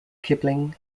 kipling